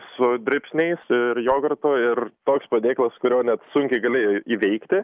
su dribsniais ir jogurtu ir toks padėklas kurio net sunkiai galėjai įveikti